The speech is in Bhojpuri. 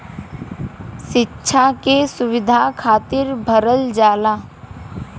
सिक्षा के सुविधा खातिर भरल जाला